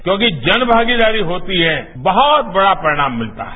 क्योंकि जनमागीदारी होती है बहुत बड़ा परिणाम मिलता है